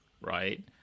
right